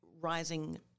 rising